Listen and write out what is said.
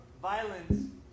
violence